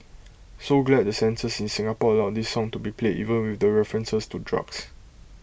so glad the censors in Singapore allowed this song to be played even with references to drugs